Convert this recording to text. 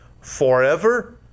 forever